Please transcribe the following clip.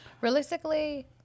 realistically